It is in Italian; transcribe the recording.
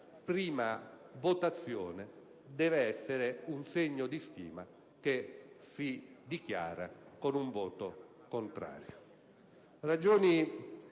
una prima votazione deve essere un segno di stima che si manifesta con un voto contrario.